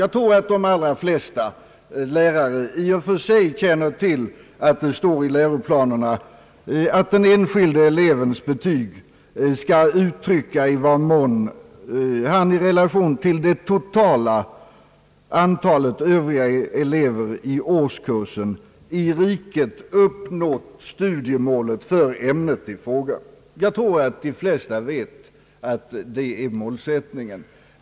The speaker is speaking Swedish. Jag tror att de allra flesta lärare känner till att det står i läroplanerna, att den enskilde elevens betyg skall uttrycka i vad mån han i relation till det totala antalet övriga elever i årskursen i riket uppnått studiemålet för ämnet i fråga. De flesta vet nog att det är målsättningen.